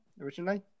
originally